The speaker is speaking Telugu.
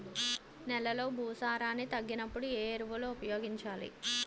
నెలలో భూసారాన్ని తగ్గినప్పుడు, ఏ ఎరువులు ఉపయోగించాలి?